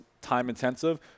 time-intensive